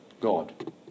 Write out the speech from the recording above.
God